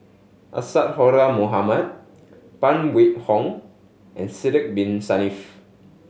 Isadhora Mohamed Phan Wait Hong and Sidek Bin Saniff